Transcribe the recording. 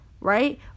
right